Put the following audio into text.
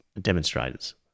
demonstrators